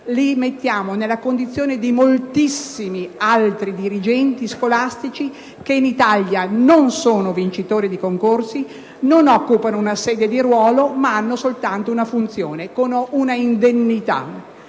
si mette nella condizione di moltissimi altri dirigenti scolastici che non sono vincitori di concorso, non occupano una sede di ruolo, ma hanno soltanto una funzione con un'indennità.